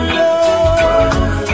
love